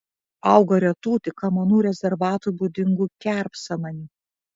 auga retų tik kamanų rezervatui būdingų kerpsamanių